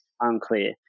unclear